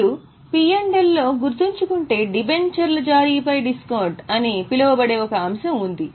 మీరు P మరియు L లలో గుర్తుంచుకుంటే డిబెంచర్ల జారీపై డిస్కౌంట్ అని పిలువబడే ఒక అంశం ఉంది